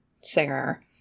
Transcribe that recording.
singer